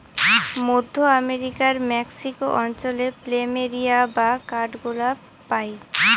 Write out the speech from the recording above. মধ্য আমেরিকার মেক্সিকো অঞ্চলে প্ল্যামেরিয়া বা কাঠগোলাপ পাই